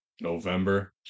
November